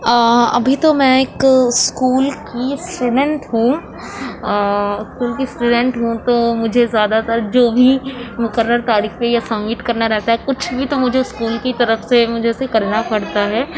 ابھی تو میں ایک اسکول کی اسٹوڈنٹ ہوں کیوں کہ اسٹوڈنٹ ہوں تو مجھے زیادہ تر جو بھی مقرر تاریخ پہ یہ سمٹ کرنا رہتا ہے کچھ بھی تو مجھے اسکول کی طرف سے مجھے اسے کرنا پڑتا ہے